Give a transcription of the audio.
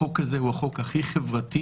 החוק הזה הוא החוק הכי חברתי,